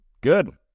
good